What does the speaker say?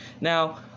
now